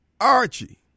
Archie